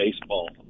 baseball